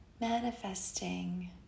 manifesting